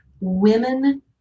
women